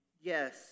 yes